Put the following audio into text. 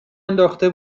انداخته